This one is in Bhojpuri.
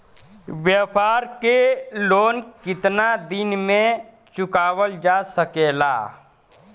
व्यापार के लोन कितना दिन मे चुकावल जा सकेला?